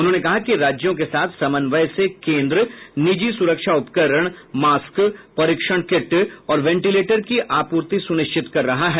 उन्होंने कहा कि राज्यों के साथ समन्वय से केन्द्र निजी सुरक्षा उपकरण मास्क परीक्षण किट और वेंटिलेटर की आपूर्ति सुनिश्चित कर रहा है